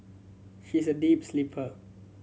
she's a deep sleeper